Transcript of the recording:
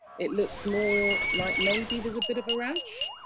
it looks more like maybe there's a bit of a rash,